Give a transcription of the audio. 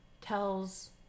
tells